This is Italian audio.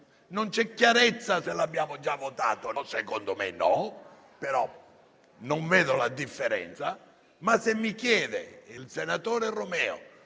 Non c'è chiarezza se lo abbiamo già votato (secondo me no, non vedo la differenza), ma se il senatore Romeo